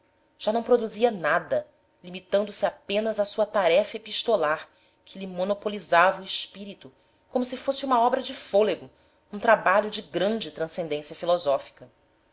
já não produzia nada limitando-se apenas à sua tarefa epistolar que lhe monopolizava o espírito como se fosse uma obra de fôlego um trabalho de grande transcendência filosófica